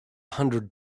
hundred